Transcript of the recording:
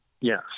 Yes